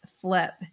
Flip